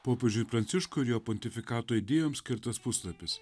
popiežiui pranciškui ir jo pontifikato idėjoms skirtas puslapis